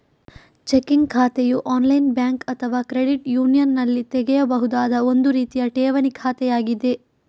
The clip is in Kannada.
ಚೆಕ್ಕಿಂಗ್ ಖಾತೆಯು ಆನ್ಲೈನ್ ಬ್ಯಾಂಕ್ ಅಥವಾ ಕ್ರೆಡಿಟ್ ಯೂನಿಯನಿನಲ್ಲಿ ತೆರೆಯಬಹುದಾದ ಒಂದು ರೀತಿಯ ಠೇವಣಿ ಖಾತೆಯಾಗಿದೆ